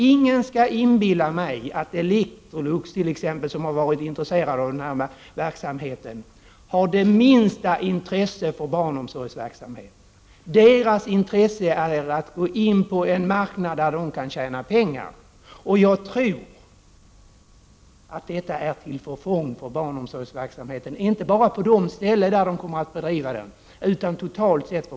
Ingen skall inbilla mig att t.ex. Electrolux, som har visat intresse för denna verksamhet, hyser det minsta intresse för barnomsorgsverksamhet. Företagets intresse är att gå in på en marknad där det kan tjäna pengar. Jag tror att detta är till förfång för barnomsorgsverksamheten i Sverige, inte bara på de ställen där man kommer att bedriva den utan totalt sett.